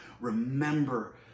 Remember